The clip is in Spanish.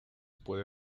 puede